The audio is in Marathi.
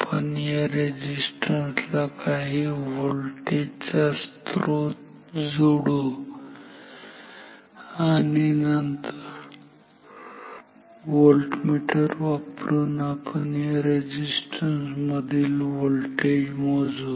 आपण या रेझिस्टन्स ला काही व्होल्टेज चा स्त्रोत जोडू आणि नंतर व्होल्टमीटर वापरून आपण या रेझिस्टन्स मधील व्होल्टेज मोजू